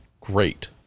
Great